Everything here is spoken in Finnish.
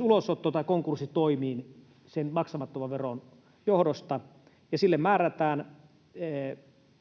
ulosotto- tai konkurssitoimiin sen maksamattoman veron johdosta, ja sille määrätään